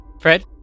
Fred